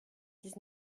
dix